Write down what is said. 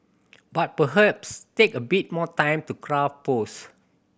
but perhaps take a bit more time to craft posts